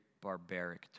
barbaric